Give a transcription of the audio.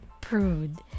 prude